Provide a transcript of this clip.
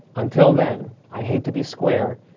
until then, i hate to be square,